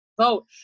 vote